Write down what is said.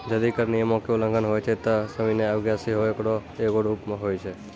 जदि कर नियमो के उल्लंघन होय छै त सविनय अवज्ञा सेहो एकरो एगो रूप होय छै